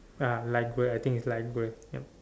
ah light grey I think it's light grey yup